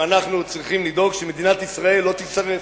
שאנחנו צריכים לדאוג שמדינת ישראל לא תישרף.